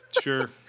sure